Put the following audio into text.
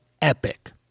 Epic